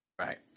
right